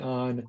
on